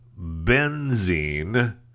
benzene